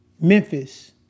Memphis